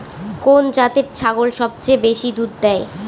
কোন জাতের ছাগল সবচেয়ে বেশি দুধ দেয়?